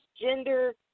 gender